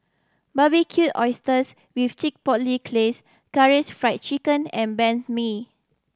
Barbecued Oysters with Chipotle Glaze Karaage Fried Chicken and Banh Mi